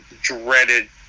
dreaded